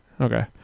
Okay